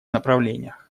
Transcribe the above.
направлениях